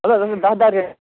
دَہ دَہ ریٹ